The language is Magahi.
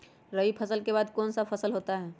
रवि फसल के बाद कौन सा फसल होता है?